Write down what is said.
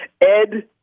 Ed